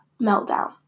meltdown